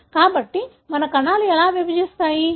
కాబట్టి మన కణాలు ఎలా విభజిస్తాయి